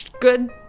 good